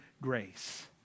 grace